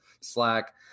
Slack